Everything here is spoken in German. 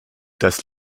das